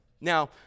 Now